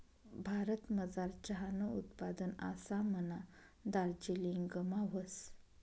भारतमझार चहानं उत्पादन आसामना दार्जिलिंगमा व्हस